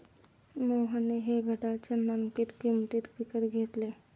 मोहनने हे घड्याळ चिन्हांकित किंमतीत विकत घेतले